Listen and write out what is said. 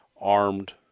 armed